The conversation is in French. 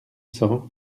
cents